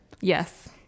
Yes